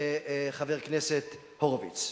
חבר הכנסת הורוביץ?